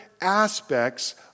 aspects